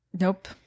Nope